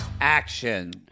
Action